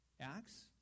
acts